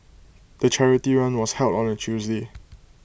the charity run was held on A Tuesday